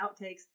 outtakes